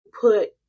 put